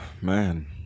Man